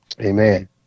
Amen